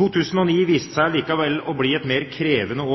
2009 viste seg likevel å bli et mer krevende